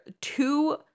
two